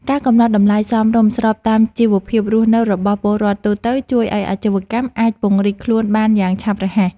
ការកំណត់តម្លៃសមរម្យស្របតាមជីវភាពរស់នៅរបស់ពលរដ្ឋទូទៅជួយឱ្យអាជីវកម្មអាចពង្រីកខ្លួនបានយ៉ាងឆាប់រហ័ស។